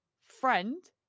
friend